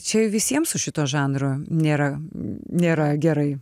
čia visiems su šituo žanru nėra nėra gerai